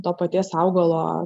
to paties augalo